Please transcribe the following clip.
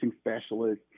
specialist